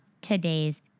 today's